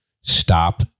stop